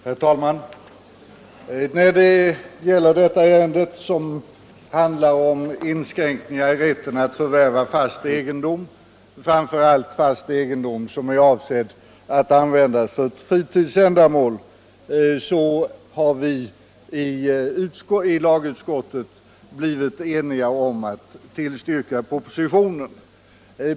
Herr talman! När det gäller detta ärende, som handlar om inskränkningar i rätten att förvärva fast egendom, framför allt fast egendom som är avsedd att användas för fritidsändamål, har vi i lagutskottet blivit eniga om att tillstyrka propositionen.